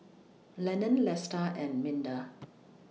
Lenon Lesta and Minda